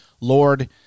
Lord